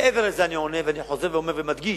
מעבר לזה, אני עונה, ואני חוזר ואומר ומדגיש: